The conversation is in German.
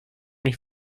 mich